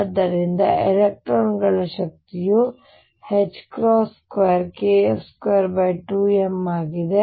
ಆದ್ದರಿಂದ ಎಲೆಕ್ಟ್ರಾನ್ಗಳ ಶಕ್ತಿಯು 2kF22m ಆಗಿದೆ